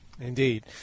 indeed